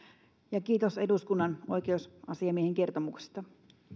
kiitos eduskunnan oikeusasiamiehen kertomuksesta